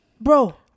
Bro